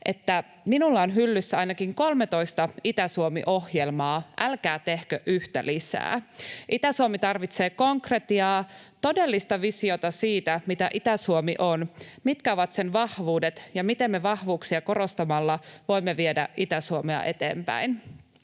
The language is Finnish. että ”minulla on hyllyssä ainakin kolmetoista Itä-Suomi ohjelmaa, älkää tehkö yhtä lisää”. Itä-Suomi tarvitsee konkretiaa, todellista visiota siitä, mitä Itä-Suomi on, mitkä ovat sen vahvuudet ja miten me vahvuuksia korostamalla voimme viedä Itä-Suomea eteenpäin.